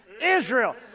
Israel